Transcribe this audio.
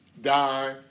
die